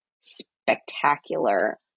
spectacular